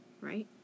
Right